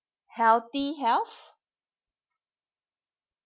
healthy health